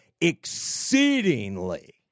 exceedingly